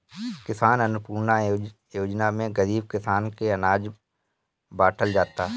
किसान अन्नपूर्णा योजना में गरीब किसान के अनाज बाटल जाता